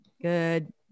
good